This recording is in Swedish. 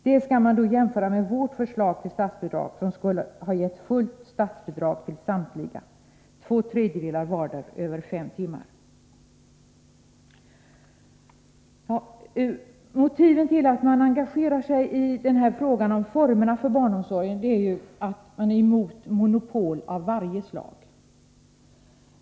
Det skall jämföras med vårt förslag till statsbidrag, som skulle ha gett fullt statsbidrag till samtliga kommuner. Motivet till att man engagerar sig i den här frågan om formerna för barnomsorgen är att man är emot monopol av varje slag.